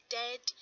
dead